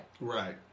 Right